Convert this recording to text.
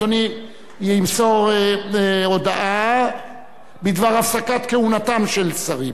אדוני ימסור הודעה בדבר הפסקת כהונתם של שרים?